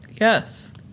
Yes